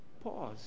pause